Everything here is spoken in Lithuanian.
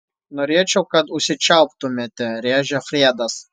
norėčiau kad užsičiauptumėte rėžia fredas